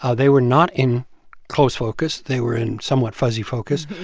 ah they were not in close focus. they were in somewhat fuzzy focus.